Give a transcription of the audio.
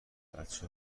بچه